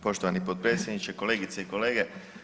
Poštovani potpredsjedniče, kolegice i kolege.